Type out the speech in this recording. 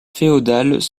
féodales